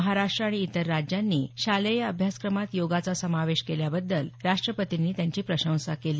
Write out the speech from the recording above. महाराष्ट्र आणि इतर राज्यांनी शालेय अभ्यासक्रमात योगाचा समावेश केल्याबद्दल राष्ट्रपतींनी त्यांची प्रशंसा केली